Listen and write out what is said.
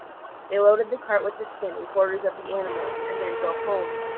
they loaded the cart with the skin and quarters of the animal, and then drove home.